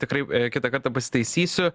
tikrai kitą kartą pasitaisysiu